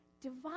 divine